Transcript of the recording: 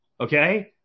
Okay